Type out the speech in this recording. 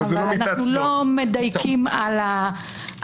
אבל לא מדייקים על האחד.